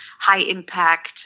high-impact